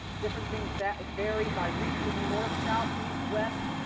different things vary vary by region, north, south, east, west.